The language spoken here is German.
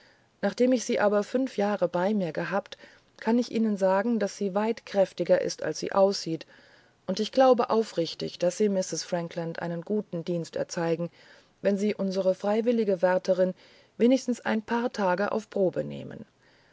nachdem ich sie aber fünf jahre bei mir gehabt kann ich ihnen sagen daß sie weit kräftigeristalssieaussieht undichglaubeaufrichtig daßsiemistreßfranklandeinen guten dienst erzeigen wenn sie unsere freiwillige wärterin wenigstens ein paar tage auf probe nehmen